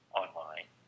online